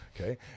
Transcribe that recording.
okay